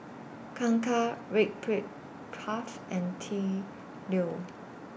Kangkar Red Brick Path and T Leo